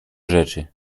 rzeczy